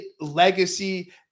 legacy